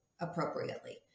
appropriately